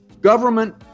government